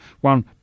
One